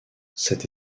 cette